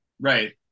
Right